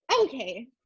Okay